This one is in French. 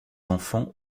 enfants